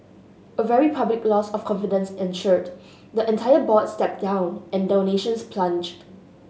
a very public loss of confidence ensued the entire board stepped down and donations plunged